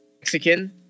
Mexican